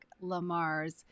Lamar's